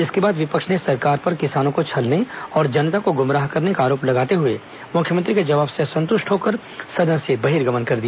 इसके बाद विपक्ष ने सरकार पर किसानों को छलने और जनता को गुमराह करने का आरोप लगाते हुए मुख्यमंत्री के जवाब से असंतुष्ट होकर सदन से बहिर्गमन कर दिया